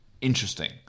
interesting